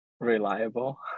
Reliable